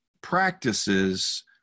practices